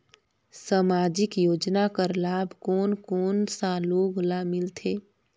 समाजिक योजना कर लाभ कोन कोन सा लोग ला मिलथे?